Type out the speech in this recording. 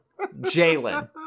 Jalen